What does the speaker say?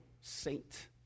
saint